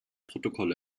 protokoll